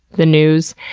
the news.